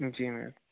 जी ma'am